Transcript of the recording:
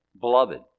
beloved